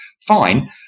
fine